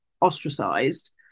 ostracized